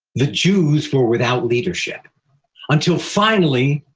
the jews were without leadership until finally,